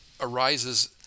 arises